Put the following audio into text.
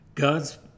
God's